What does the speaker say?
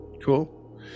cool